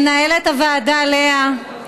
למנהלת הוועדה לאה,